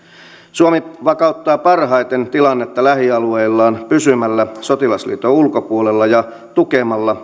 suomi vakauttaa parhaiten tilannetta lähialueillaan pysymällä sotilasliiton ulkopuolella ja tukemalla